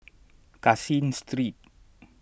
Caseen Street